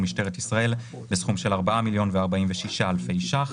ומשטרת ישראל בסכום של 4.046 מיליון שקלים.